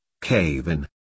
Cave-in